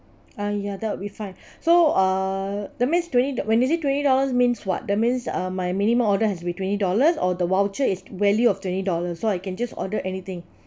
uh ya that will be fine so uh that means twenty when you say twenty dollars means what that means uh my minimum order has been twenty dollars or the voucher is value of twenty dollars so I can just order anything